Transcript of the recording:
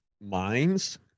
minds